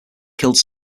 killed